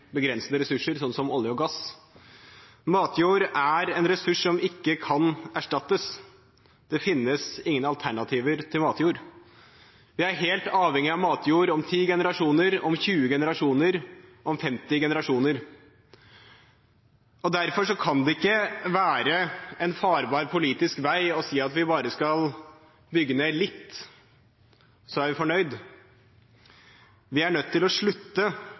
ressurser, slik som olje og gass. Matjord er en ressurs som ikke kan erstattes. Det finnes ingen alternativer til matjord. Vi er helt avhengige av matjord om 10 generasjoner, om 20 generasjoner, om 50 generasjoner. Derfor kan det ikke være en farbar politisk vei å si at vi bare skal bygge ned litt, og så er vi fornøyd. Vi er nødt til å slutte